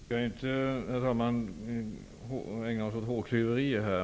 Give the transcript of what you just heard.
Herr talman! Vi skall inte ägna oss åt hårklyverier här.